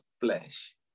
flesh